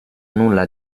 nulla